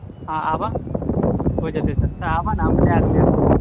हँ आबह हो जेतै सस्ता आबह ने अपने आदमी हेतै